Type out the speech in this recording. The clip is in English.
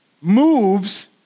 moves